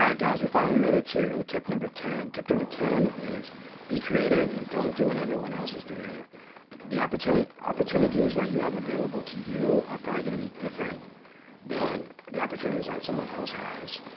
guys, we finally made it to tip number ten tip number ten is be creative, and don't do what everyone else is doing the opportunity opportunities that you have available to you are probably gonna be different then the opportunities that someone else has.